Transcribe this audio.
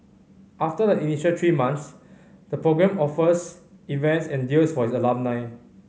after the initial three months the program offers events and deals for its alumni